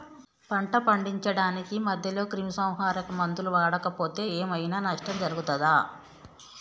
పంట పండించడానికి మధ్యలో క్రిమిసంహరక మందులు వాడకపోతే ఏం ఐనా నష్టం జరుగుతదా?